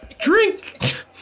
Drink